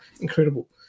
incredible